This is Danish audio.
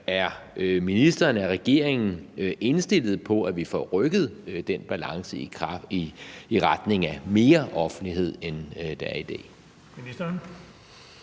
Er ministeren, er regeringen indstillet på, at vi får rykket den balance i retning af mere offentlighed, end der er i dag?